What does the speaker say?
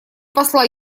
посла